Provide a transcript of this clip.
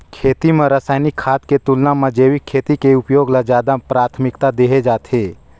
खेती म रसायनिक खाद के तुलना म जैविक खेती के उपयोग ल ज्यादा प्राथमिकता देहे जाथे